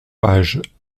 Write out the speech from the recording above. page